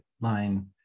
line